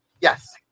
Yes